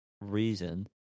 reason